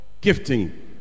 gifting